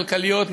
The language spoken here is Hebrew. כלכליות,